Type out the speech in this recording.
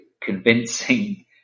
convincing